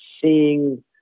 Seeing